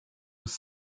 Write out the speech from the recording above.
was